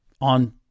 on